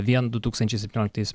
vien du tūkstančiai septynioliktais